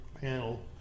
panel